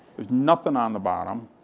there's nothing on the bottom,